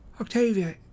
octavia